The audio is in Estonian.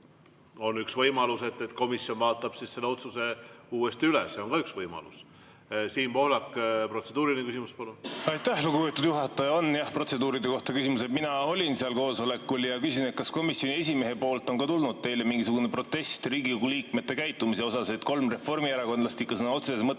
On üks võimalus, et komisjon vaatab selle otsuse uuesti üle. See on ka üks võimalus. Siim Pohlak, protseduuriline küsimus, palun! Aitäh, lugupeetud juhataja! On jah protseduuride kohta küsimus. Mina olin seal koosolekul. Küsin: kas komisjoni esimehelt on tulnud teile mingisugune protest Riigikogu liikmete käitumise suhtes? Kolm reformierakondlast ikka sõna otseses mõttes